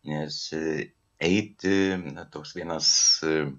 nes eiti na toks vienas